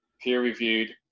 peer-reviewed